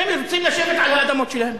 הם רוצים לשבת על האדמות שלהם.